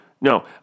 no